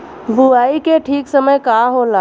बुआई के ठीक समय का होला?